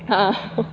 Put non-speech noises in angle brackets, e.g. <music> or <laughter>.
ah ah <noise>